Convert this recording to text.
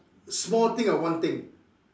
small thing or one thing